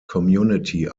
community